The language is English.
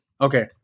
Okay